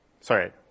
sorry